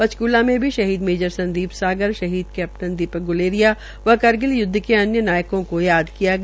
पंचकूला में भी मेजर संदीप सागर शहीद कैप्टन दीपक ग्लेरिया व करगिल यूद्व के अन्य नायकों को याद किया गया